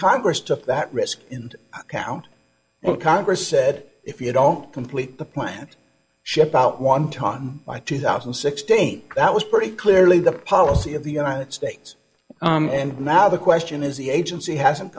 congress took that risk in cow congress said if you don't complete the plant shipped out one ton by two thousand and sixteen that was pretty clearly the policy of the united states and now the question is the agency hasn't